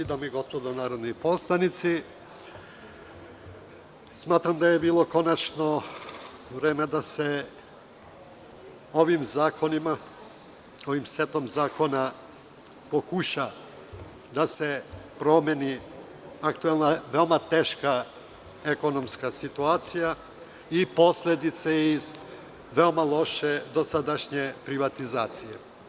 Dame i gospodo narodni poslanici, smatram da je bilo konačno vreme da se ovim zakonima, ovim setom zakona pokuša da se promeni aktuelna veoma teška ekonomska situacija i posledice iz veoma loše dosadašnje privatizacije.